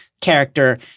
character